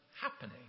happening